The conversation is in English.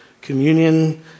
communion